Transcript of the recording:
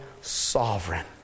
sovereign